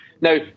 Now